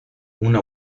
una